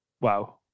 wow